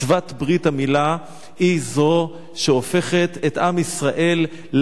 מצוות ברית המילה היא שהופכת את הקשר